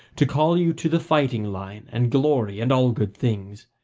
to call you to the fighting line and glory and all good things.